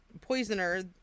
poisoner